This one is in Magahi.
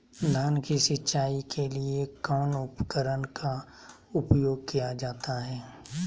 धान की सिंचाई के लिए कौन उपकरण का उपयोग किया जाता है?